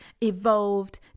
evolved